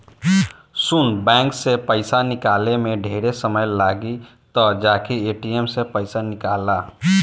सुन बैंक से पइसा निकाले में ढेरे समय लागी त जाके ए.टी.एम से पइसा निकल ला